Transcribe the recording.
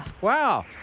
Wow